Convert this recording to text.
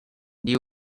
new